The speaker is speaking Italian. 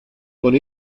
con